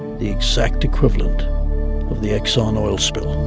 the exact equivalent of the exxon oil spill.